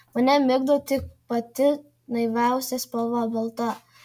mane migdo tik pati naiviausia spalva balta